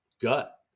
gut